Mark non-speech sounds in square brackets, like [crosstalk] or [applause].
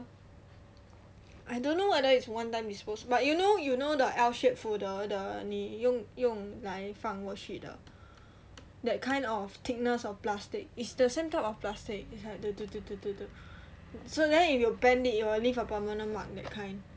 I don't know whether it's one time disposable but you know you know the L shape folder the 你用用来放过去的 that kind of thickness of plastic it's the same type of plastic the [noise] so then if you bend it it'll leave a permanent mark that kind